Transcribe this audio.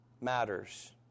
matters